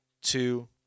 two